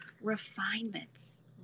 refinements